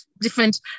different